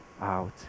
out